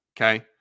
Okay